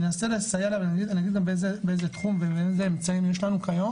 אני אנסה לסייע לה ואני אגיד גם באיזה תחום ולאיזה אמצעים יש לנו כיום